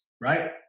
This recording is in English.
right